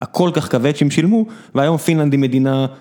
הכל כך כבד שהם שילמו והיום פינלנד היא מדינה...